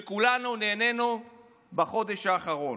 שכולנו נהנינו ממנו בחודש האחרון.